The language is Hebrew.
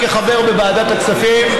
כחבר בוועדת הכספים,